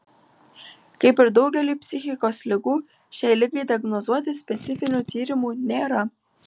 kaip ir daugeliui psichikos ligų šiai ligai diagnozuoti specifinių tyrimų nėra